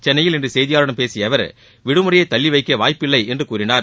சென்னையில் இன்று செய்தியாளர்களிடம் பேசிய அவர் விடுமுறையை தள்ளிவைக்க வாய்ப்பில்லை என்று கூறினார்